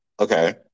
Okay